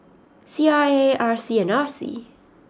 C R A R C and R C